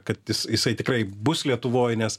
kad jisai tikrai bus lietuvoj nes